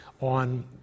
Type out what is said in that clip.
on